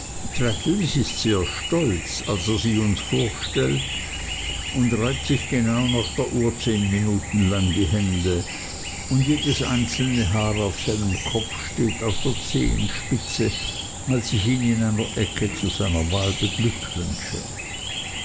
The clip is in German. ist sehr stolz als er sie uns vorstellt und reibt sich genau nach der uhr zehn minuten lang die hände und jedes einzelne haar auf seinem kopf steht auf der zehenspitze als ich ihn in einer ecke zu seiner wahl beglückwünsche